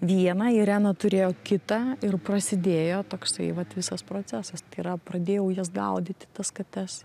vieną irena turėjo kitą ir prasidėjo toksai vat visas procesas tai yra pradėjau jas gaudyti tas kates